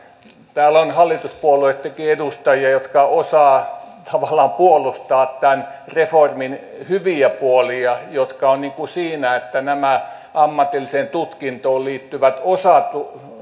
täällä on hallituspuolueittenkin edustajia jotka osaavat tavallaan puolustaa tämän reformin hyviä puolia jotka ovat siinä että nämä ammatilliseen tutkintoon liittyvät